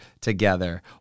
together